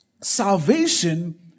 salvation